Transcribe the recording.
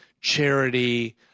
charity